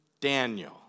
Daniel